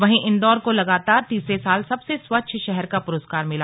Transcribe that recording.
वहीं इंदौर को लगातार तीसरे साल सबसे स्वच्छ शहर का पुरस्कार मिला